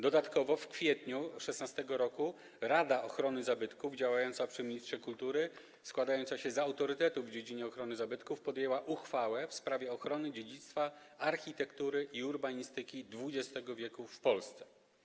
Dodatkowo w kwietniu 2016 r. Rada Ochrony Zabytków działająca przy ministrze kultury, składająca się z autorytetów w dziedzinie ochrony zabytków, podjęła uchwałę w sprawie ochrony dziedzictwa architektury i urbanistyki XX w. w Polsce.